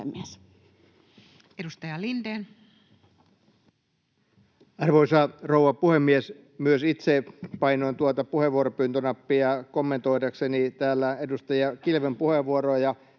Edustaja Lindén. Arvoisa rouva puhemies! Myös itse painoin tuota puheenvuoropyyntönappia kommentoidakseni täällä edustaja Kilven puheenvuoroa.